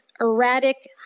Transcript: erratic